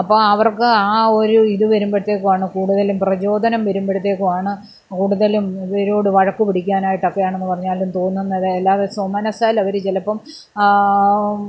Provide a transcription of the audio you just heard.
അപ്പോൾ അവർക്ക് ആ ഒരു ഇത് വരുമ്പോഴത്തേക്കുമാണ് കൂടുതലും പ്രചോതനം വരുമ്പോഴത്തേക്കുമാണ് കൂടുതലും ഇവരോട് വഴക്ക് പിടിക്കാനായിട്ടൊക്കെയാണെന്ന് പറഞ്ഞാലും തോന്നുന്നത് അല്ലാതെ സ്വമനസ്സാലവർ ചിലപ്പം